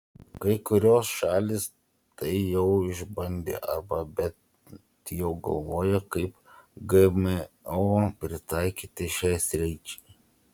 kai kurios šalys tai jau išbandė arba bet jau galvoja kaip gmo pritaikyti šiai sričiai